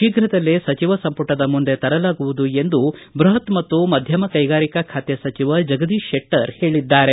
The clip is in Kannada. ಶೀಘದಲ್ಲೇ ಸಚಿವ ಸಂಪುಟದ ಮುಂದೆ ತರಲಾಗುವುದು ಎಂದು ಬೃಹತ್ ಮತ್ತು ಮಧ್ಯಮ ಕೈಗಾರಿಕಾ ಖಾತೆ ಸಚಿವ ಜಗದೀಶ ಶೆಟ್ಟರ್ ಹೇಳಿದ್ದಾರೆ